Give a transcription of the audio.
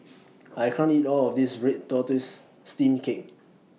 I can't eat All of This Red Tortoise Steamed Cake